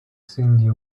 cyndi